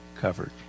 covered